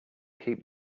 keep